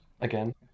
again